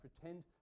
pretend